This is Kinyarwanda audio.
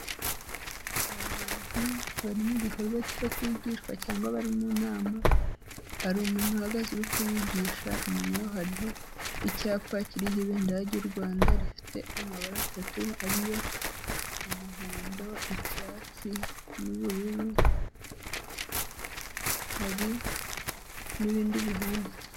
Abantu bari mu igikorwa cyo kwigishwa cyangwa bari mu nama, hari umuntu uhagaze uri kubigisha, inyuma yabo hariho icyapa kiriho ibendera ry'u Rwanda rifite amabara atatu ariyo umuhondo, icyatsi n'ubururu, hari n'ibindi bihanditse.